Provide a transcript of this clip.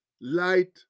light